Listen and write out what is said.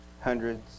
hundreds